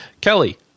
kelly